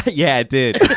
yeah it did.